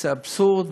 זה אבסורד,